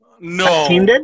No